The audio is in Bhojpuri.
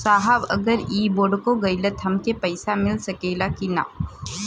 साहब अगर इ बोडखो गईलतऽ हमके पैसा मिल सकेला की ना?